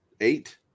eight